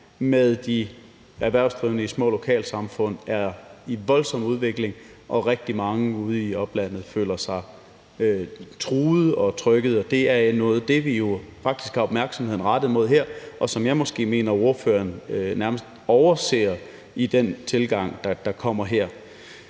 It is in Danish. med de erhvervsdrivende i små lokalsamfund, er i voldsom udvikling, og rigtig mange ude i oplandet føler sig truede og trykkede. Det er jo noget af det, vi faktisk har opmærksomheden rettet mod her, og som jeg måske mener ordføreren nærmest overser i den tilgang, der er her.